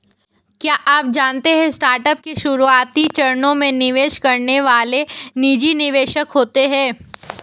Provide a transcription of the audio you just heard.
क्या आप जानते है स्टार्टअप के शुरुआती चरणों में निवेश करने वाले निजी निवेशक होते है?